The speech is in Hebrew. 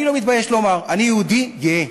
אני לא מתבייש לומר: אני יהודי גאה,